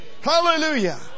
Hallelujah